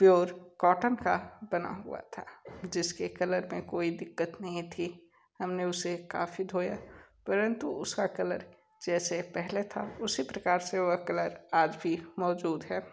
pure cotton का बना हुआ था जिस के कलर में कोई दिक्कत नहीं थी हम ने उसे काफ़ी धोया परंतु उसका कलर जैसे पहले था उसी प्रकार से वह कलर आज भी मौजूद है